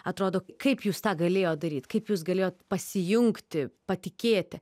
atrodo kaip jūs tą galėjo daryt kaip jūs galėjot pasijungti patikėti